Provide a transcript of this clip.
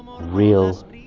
real